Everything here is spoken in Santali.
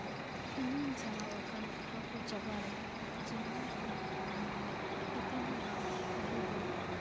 ᱤᱧᱤᱧ ᱪᱟᱞᱟᱣ ᱟᱠᱟᱱ ᱚᱠᱟ ᱠᱚ ᱡᱟᱭᱜᱟ ᱨᱮ ᱡᱮᱢᱢᱚᱱᱠᱤ ᱟᱹᱫᱤᱱᱟᱜᱟᱲ ᱚᱸᱰᱮ ᱫᱚ